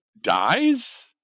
dies